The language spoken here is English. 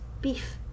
Beef